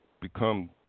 become